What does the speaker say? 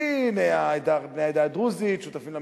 כי, הנה, בני העדה הדרוזית שותפים למלחמות,